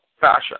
fashion